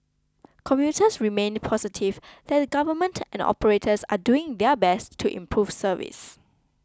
commuters remained positive that the government and operators are doing their best to improve service